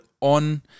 on